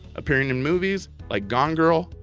appearing in movies like gone girl,